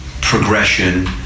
Progression